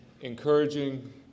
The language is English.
encouraging